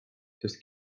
sest